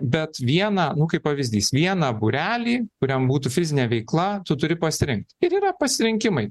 bet vieną nu kaip pavyzdys vieną būrelį kuriam būtų fizinė veikla tu turi pasirinkt ir yra pasirinkimai